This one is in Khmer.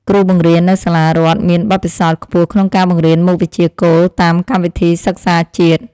គ្រូបង្រៀននៅសាលារដ្ឋមានបទពិសោធន៍ខ្ពស់ក្នុងការបង្រៀនមុខវិជ្ជាគោលតាមកម្មវិធីសិក្សាជាតិ។